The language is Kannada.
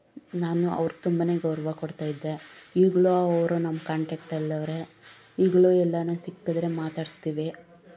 ನಾನು ಅವ್ರಿಗೆ ತುಂಬಾನೇ ಗೌರವ ಕೊಡ್ತಾ ಇದ್ದೆ ಈಗಲೂ ಅವ್ರು ನಮ್ಮ ಕಾಂಟೆಕ್ಟಲ್ಲಿ ಅವ್ರೆ ಈಗಲೂ ಎಲ್ಲಾರ ಸಿಕ್ಕಿದ್ರೆ ಮಾತಾಡಿಸ್ತೀವಿ